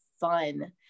fun